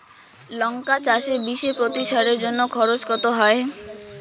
লঙ্কা চাষে বিষে প্রতি সারের জন্য খরচ কত হয়?